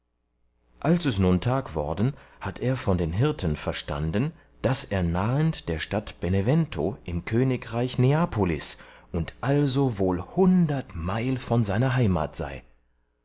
als es nun tag worden hat er von den hirten verstanden daß er nahend der stadt benevento im königreich neapolis und also wohl hundert meilen von seiner heimat sei